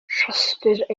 rhostir